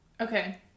Okay